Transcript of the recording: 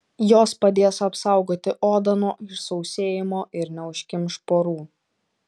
jos padės apsaugoti odą nuo išsausėjimo ir neužkimš porų